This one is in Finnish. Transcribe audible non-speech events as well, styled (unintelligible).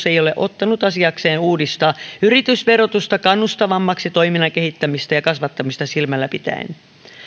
(unintelligible) ei ole ottanut asiakseen uudistaa yritysverotusta kannustavammaksi toiminnan kehittämistä ja kasvattamista silmällä pitäen